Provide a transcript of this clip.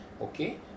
okay